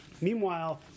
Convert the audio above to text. Meanwhile